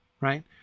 right